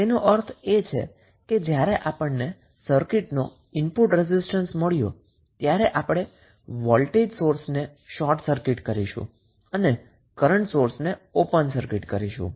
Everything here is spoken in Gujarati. તેનો અર્થ એ કે જ્યારે આપણને સર્કિટનો ઇનપુટ રેઝિસ્ટન્સ મળ્યો ત્યારે આપણે વોલ્ટેજ સોર્સ ને શોર્ટ સર્કિટ કરીશું અને કરન્ટ સોર્સ ને ઓપન સર્કિટ કરીશું